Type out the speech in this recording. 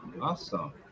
awesome